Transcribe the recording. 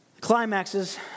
Climaxes